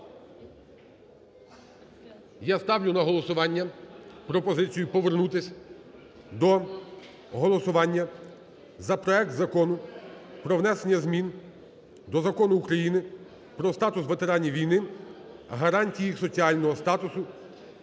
Я ставлю на голосування пропозицію повернутись до голосування за проект Закону про внесення змін до Закону України "Про статус ветеранів війни, гарантії їх соціального захисту"